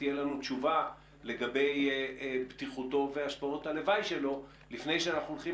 שתהיה לנו תשובה לגבי בטיחותו והשפעות הלוואי שלו לפני שאנחנו הולכים